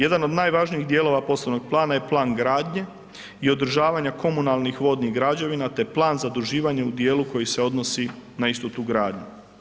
Jedan od najvažnijih dijelova poslovnog plana je plan gradnje i održavanja komunalnih vodnih građevina, te plan zaduživanja u dijelu koji se odnosi na istu tu gradnju.